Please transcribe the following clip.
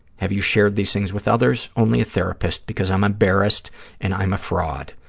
have you shared these things with others? only a therapist because i'm embarrassed and i'm a fraud.